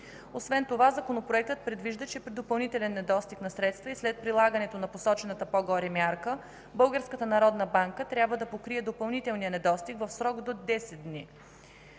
Освен това, Законопроектът предвижда, че при допълнителен недостиг на средства и след прилагането на посочената по-горе мярка Българската народна банка трябва да покрие допълнителния недостиг в срок до 10 дни.